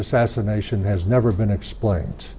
assassination has never been explain